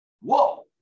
Whoa